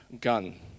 Gun